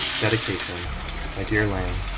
dedication my dear lang,